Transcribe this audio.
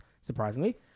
Surprisingly